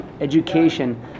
education